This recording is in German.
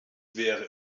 wäre